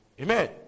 Amen